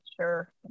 sure